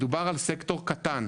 מדובר על סקטור קטן.